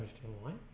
toward